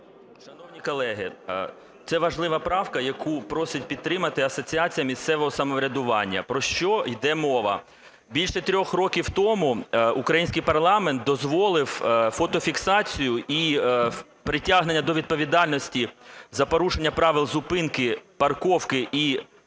Шановні колеги, це важлива правка, яку просить підтримати Асоціація місцевого самоврядування. Про що йде мова? Більше трьох років тому український парламент дозволив фотофіксацію і притягнення до відповідальності за порушення правил зупинки, парковки і